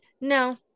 no